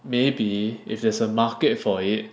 maybe if there's a market for it